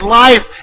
life